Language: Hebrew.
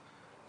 מפגינים.